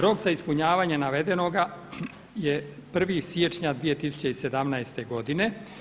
Rok za ispunjavanje navedenoga je 1. siječnja 2017. godine.